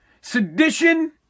sedition